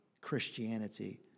Christianity